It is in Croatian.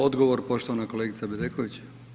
Odgovor poštovana kolegica Bedeković.